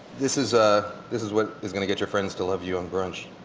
this is ah this is what is going to get your friends to love you on brunch.